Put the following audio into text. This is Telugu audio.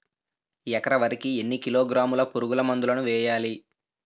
ఎకర వరి కి ఎన్ని కిలోగ్రాముల పురుగు మందులను వేయాలి?